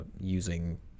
using